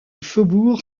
faubourg